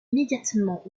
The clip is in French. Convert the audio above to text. immédiatement